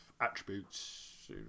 attributes